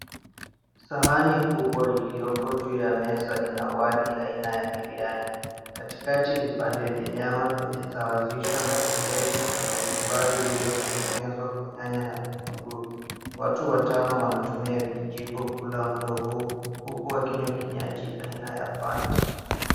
Sahani kubwa iliyoko juu ya meza, ina wali aina ya biriani. Katikati vipande vya nyama vimesawazishwa, na pembeni kuna kachumbari iliyotengenezwa kwa nyanya na vitunguu. Watu watano wanatumia vijiko kula mlo huu, huku wakinywa kinywaji aina ya fanta.